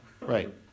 Right